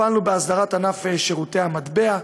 טיפלנו באסדרת ענף שירותי המטבע,